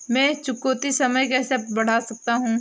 मैं चुकौती समय कैसे बढ़ा सकता हूं?